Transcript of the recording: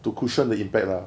to cushion the impact lah